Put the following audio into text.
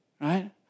Right